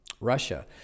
russia